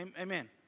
Amen